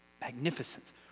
magnificence